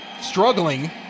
struggling